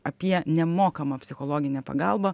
apie nemokamą psichologinę pagalbą